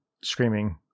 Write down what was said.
screaming